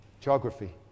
Geography